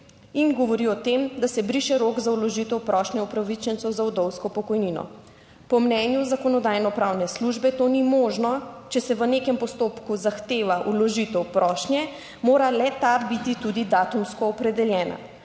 in govori o tem, da se briše rok za vložitev prošnje upravičencev za vdovsko pokojnino. Po mnenju Zakonodajno-pravne službe to ni možno; če se v nekem postopku zahteva vložitev prošnje, mora le ta biti tudi datumsko opredeljena.